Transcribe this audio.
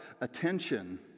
attention